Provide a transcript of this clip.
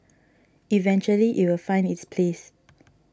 eventually it will find its place